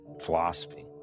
philosophy